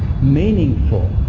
meaningful